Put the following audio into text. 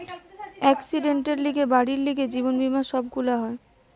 একসিডেন্টের লিগে, বাড়ির লিগে, জীবন বীমা সব গুলা হয়